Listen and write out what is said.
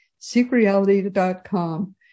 SeekReality.com